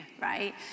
right